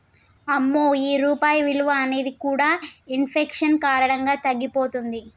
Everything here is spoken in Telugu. అమ్మో ఈ రూపాయి విలువ అనేది కూడా ఇన్ఫెక్షన్ కారణంగా తగ్గిపోతుంది